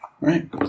right